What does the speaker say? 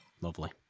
Lovely